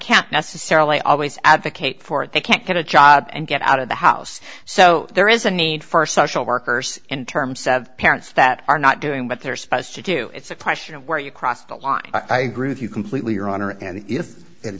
can't necessarily always advocate for it they can't get a job and get out of the house so there is a need for social workers in terms of parents that are not doing what they're supposed to do it's a question of where you cross the line i agree with you completely your honor and